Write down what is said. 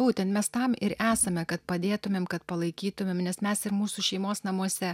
būtent mes tam ir esame kad padėtumėm kad palaikytumėm nes mes ir mūsų šeimos namuose